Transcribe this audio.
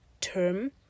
term